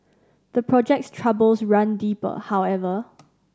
the project's troubles run deeper however